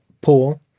Pool